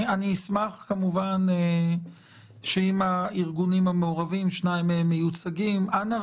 אני אשמח אם הארגונים המעורבים שניים מהם מיוצגים אנא,